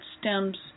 stems